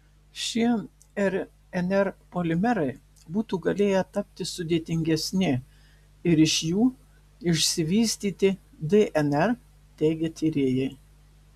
šie rnr polimerai būtų galėję tapti sudėtingesni ir iš jų išsivystyti dnr teigia tyrėjai